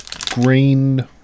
green